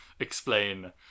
explain